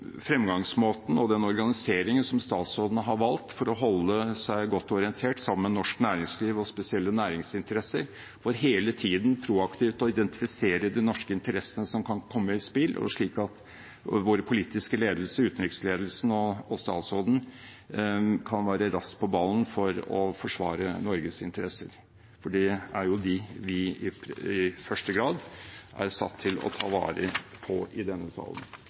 fremgangsmåten og den organiseringen som statsråden har valgt for å holde seg godt orientert sammen med norsk næringsliv og spesielle næringsinteresser, og for hele tiden proaktivt å identifisere de norske interessene som kan komme i spill, slik at vår politiske ledelse, utenriksledelsen og statsråden, kan være raskt på ballen for å forsvare Norges interesser. Det er det vi i første rekke er satt til å ta vare på i denne salen.